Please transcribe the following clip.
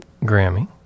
Grammy